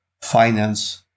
finance